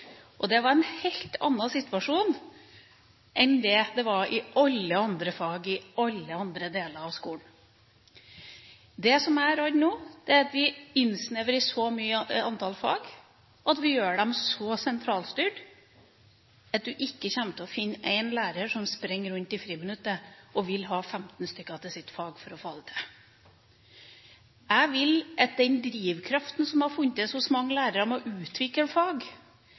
og det var en helt annen situasjon enn det det var i alle andre fag i alle andre deler av skolen. Det som jeg er redd for nå, er at vi innsnevrer så mye i antall fag, at vi gjør dem så sentralstyrt at man ikke kommer til å finne én lærer som springer rundt i friminuttet og vil ha 15 stykker til «sitt fag» for å få det til. Jeg tror at den drivkraften som har funnes hos mange lærere til å utvikle fag,